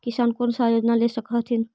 किसान कोन सा योजना ले स कथीन?